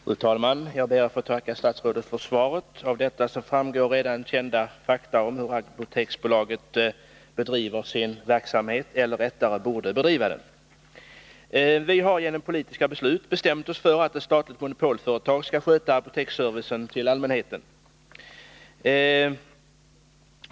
Fru talman! Jag ber att få tacka statsrådet för svaret. Av detta framgår redan kända fakta om hur Apoteksbolaget bedriver, eller rättare borde bedriva, sin verksamhet. Vi har genom politiska beslut bestämt att ett statligt monopolföretag skall sköta apoteksservicen till allmänheten.